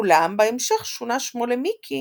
אולם בהמשך שונה שמו למיקי